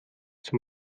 zum